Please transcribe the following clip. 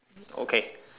okay